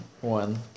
one